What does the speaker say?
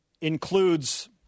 includes